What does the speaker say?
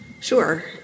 Sure